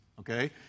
Okay